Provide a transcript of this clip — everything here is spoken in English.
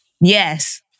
Yes